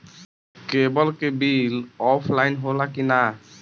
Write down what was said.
Cable के bill offline होला कि ना?